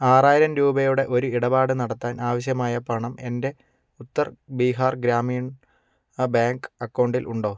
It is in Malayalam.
ആറായിരം രൂപയുടെ ഒരു ഇടപാട് നടത്താൻ ആവശ്യമായ പണം എൻ്റെ ഉത്തർ ബീഹാർ ഗ്രാമീണ ബാങ്ക് അക്കൗണ്ടിൽ ഉണ്ടോ